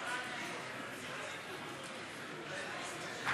הצעת החוק עברה בקריאה טרומית ותועבר לוועדת העבודה,